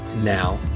Now